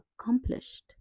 accomplished